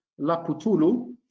laputulu